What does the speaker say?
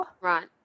Right